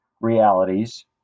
realities